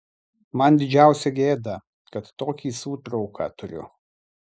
man didžiausia gėda kad tokį sūtrauką turiu